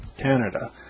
Canada